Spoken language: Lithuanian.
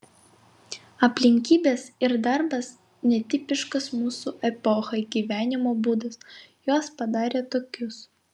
aplinkybės ir darbas netipiškas mūsų epochai gyvenimo būdas juos padarė tokius